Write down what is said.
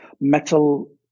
metal